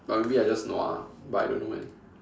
but maybe I just nua but I don't know when